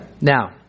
Now